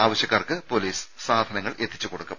ആവശ്യക്കാർക്ക് പൊലീസ് സാധനങ്ങൾ എത്തിച്ചുകൊടുക്കും